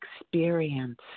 experience